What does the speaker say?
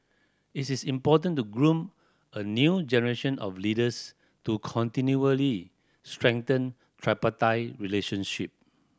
it is important to groom a new generation of leaders to continually strengthen tripartite relationship